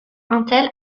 intel